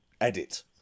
edit